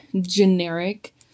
generic